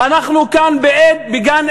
אנחנו כאן בגן-עדן,